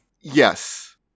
Yes